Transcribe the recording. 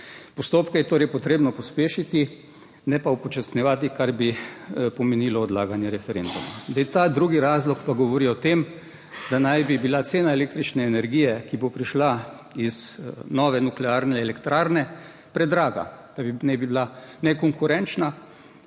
Postopke je torej potrebno pospešiti, ne pa upočasnjevati, kar bi pomenilo odlaganje referenduma. Zdaj, ta drugi razlog pa govori o tem, da naj bi bila cena električne energije, ki bo prišla iz nove nuklearne elektrarne predraga, da naj bi bila nekonkurenčna.